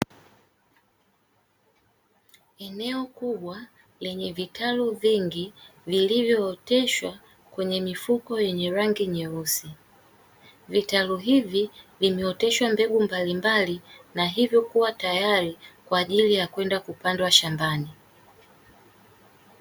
Eneo kubwa lenye vitalu vingi vilivyooteshwa kwenye mifuko yenye rangi nyeusi. Vitalu hivi vimeoteshwa mbegu mbalimbali na hivyo kuwa tayari kwa ajili ya kwenda kupandwa shambani.